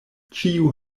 ĉiu